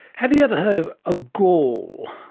have you ever heard of a gall?